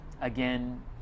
Again